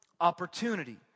Opportunity